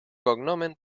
cognomen